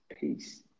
Peace